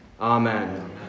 Amen